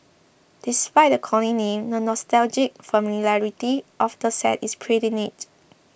despite the corny name the nostalgic familiarity of the set is pretty neat